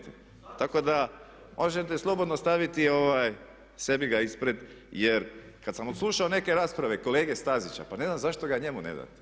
Tako da možete slobodno staviti sebi ga ispred jer kad sam odslušao neke rasprave kolege Stazića, pa ne znam zašto ga njemu ne date.